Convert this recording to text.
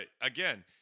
again